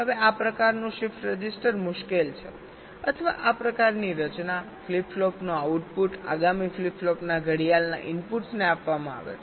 હવે આ પ્રકારનું શિફ્ટ રજિસ્ટર મુશ્કેલ છે અથવા આ પ્રકારની રચના ફ્લિપ ફ્લોપ નું આઉટપુટ આગામી ફ્લિપ ફ્લોપ ના ઘડિયાળના ઇનપુટને આપવામાં આવે છે